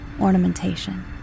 ornamentation